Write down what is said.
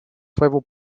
своего